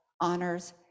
honors